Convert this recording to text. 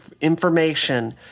information